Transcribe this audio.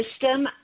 system